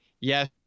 Yes